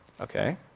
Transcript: Okay